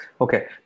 Okay